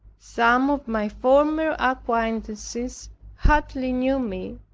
some of my former acquaintances hardly knew me.